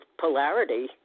polarity